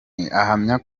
ahamya